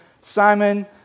Simon